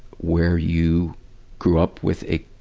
where you grew up with a,